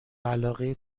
علاقه